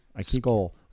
Skull